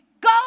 Go